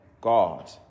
God